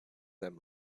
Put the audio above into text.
them